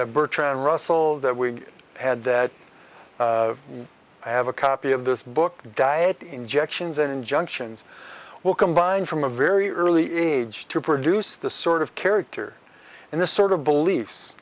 bertrand russell that we had that i have a copy of this book diet injections and injunctions will combine from a very early age to produce the sort of character and the sort of beliefs